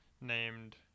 named